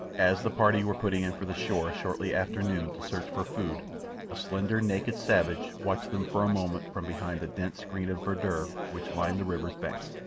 as the party were putting in for the shore shortly after noon to search for food a slender, naked savage watched them for a moment from behind the dense screen of verdure which lined the river's bank,